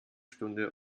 stunde